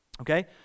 okay